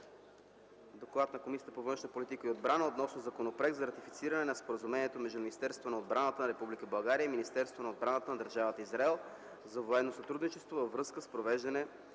„ДОКЛАД на Комисията по външна политика и отбрана относно Законопроект за ратифициране на Споразумението между Министерството на отбраната на Република България и Министерството на отбраната на Държавата Израел за военно сътрудничество във връзка с провеждане